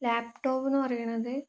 ലാപ്ടോപ്പെന്ന് പറയുന്നത്